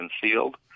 concealed